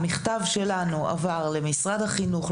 המכתב שלנו עבר למשרד החינוך,